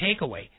takeaway